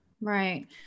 right